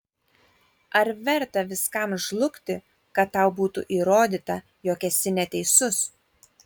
ar verta viskam žlugti kad tau būtų įrodyta jog esi neteisus